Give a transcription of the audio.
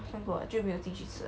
看过了就没有进去吃 ah